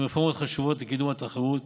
עם רפורמות חשובות לקידום התחרות.